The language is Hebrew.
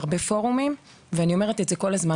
בהרבה פורמים ואני אומרת את זה כל הזמן.